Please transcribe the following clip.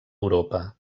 europa